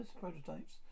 prototypes